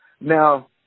Now